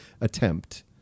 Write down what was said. attempt